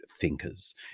thinkers